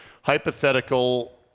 hypothetical